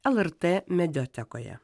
lrt mediatekoje